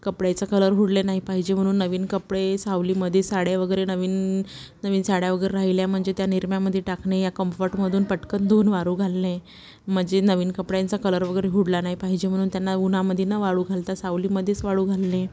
कपड्याचा कलर उडले नाही पाहिजे म्हणून नवीन कपडे सावलीमध्ये साड्या वगैरे नवीन नवीन साड्या वगैरे राहिल्या म्हणजे त्या निरम्यामध्ये टाकणे या कम्फर्टमधून पटकन धुऊन वाळू घालणे म्हणजे नवीन कपड्यांचा कलर वगैरे ऊडला नाही पाहिजे म्हणून त्यांना उन्हामध्ये न वाळू घालता सावलीमध्येच वाळू घालणे